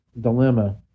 dilemma